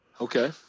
Okay